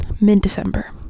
Mid-December